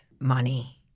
Money